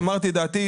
אמרתי את דעתי,